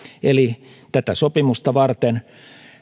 eli tätä sopimusta varten